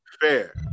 fair